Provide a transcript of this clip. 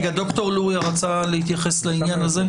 ד"ר לוריא רצה להתייחס לנושא הזה.